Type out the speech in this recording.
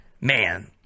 Man